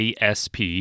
ASP